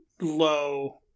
low